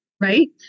Right